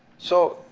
so,